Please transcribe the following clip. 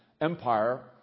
Empire